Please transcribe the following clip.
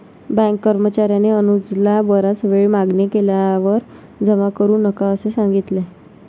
bank कर्मचार्याने अनुजला बराच वेळ मागणी केल्यावर जमा करू नका असे सांगितले